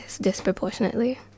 disproportionately